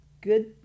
good